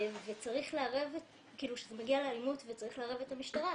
וצריך לערב כשזה מגיע לאימות וצריך לערב את המשטרה,